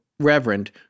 reverend